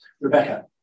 Rebecca